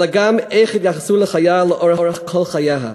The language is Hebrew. אלא גם איך התייחסו לחיה לאורך כל חייה.